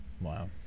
Wow